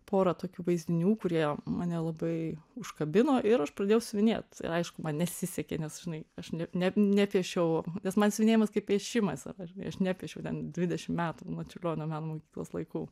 pora tokių vaizdinių kurie man nelabai užkabino ir aš pradėjau siuvinėt ir aišku man nesisekė nes žinai aš ne ne nepiešiau nes man siuvinėjimas kaip piešimas ar žinai aš nepiešiau ten dvidešim metų nuo čiurlionio meno mokyklos laikų